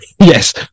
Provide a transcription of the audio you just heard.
Yes